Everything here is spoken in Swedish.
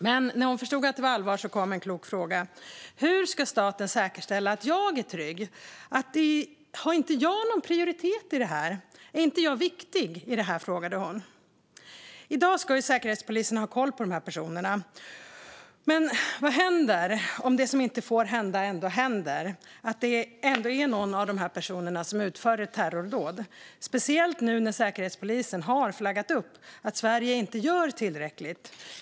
Men när hon förstod att det var allvar kom kloka frågor: Hur ska staten säkerställa att jag är trygg? Har inte jag någon prioritet i det här? Är inte jag viktig i det här? I dag ska ju Säkerhetspolisen ha koll på dessa personer. Men vad händer om det som inte får hända ändå händer och någon av dessa personer utför ett terrordåd, speciellt nu när Säkerhetspolisen har flaggat för att Sverige inte gör tillräckligt?